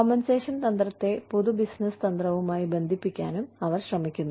compensation തന്ത്രത്തെ പൊതു business തന്ത്രവുമായി ബന്ധിപ്പിക്കാനും അവർ ശ്രമിക്കുന്നു